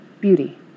Beauty